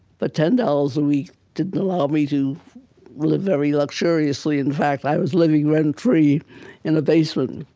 but ten dollars a week didn't allow me to live very luxuriously. in fact, i was living rent-free in a basement. and